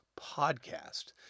podcast